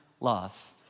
love